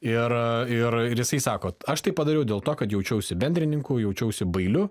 ir ir jisai sako aš tai padariau dėl to kad jaučiausi bendrininku jaučiausi bailiu